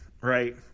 right